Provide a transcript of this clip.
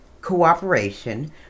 cooperation